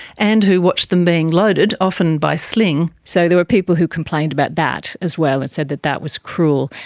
and who watched them being loaded, often by sling. and so there were people who complained about that as well and said that that was cruel,